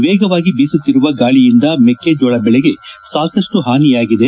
ವೇಗವಾಗಿ ಬೀಸುತ್ತಿರುವ ಗಾಳಿಯಿಂದ ಮೆಕ್ಕೆಜೋಳ ಬೆಳಿಗೆ ಸಾಕಷ್ಟು ಹಾನಿಯಾಗಿದೆ